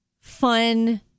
fun